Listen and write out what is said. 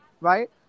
right